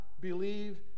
believe